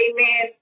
Amen